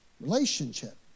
Relationship